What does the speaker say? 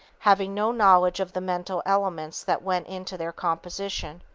having no knowledge of the mental elements that went into their composition.